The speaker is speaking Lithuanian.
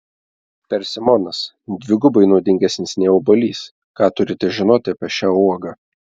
persimonas dvigubai naudingesnis nei obuolys ką turite žinoti apie šią uogą